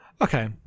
Okay